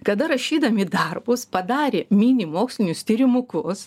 kada rašydami darbus padarė mini mokslinius tyrimukus